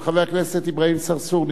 של חבר הכנסת אברהים צרצור,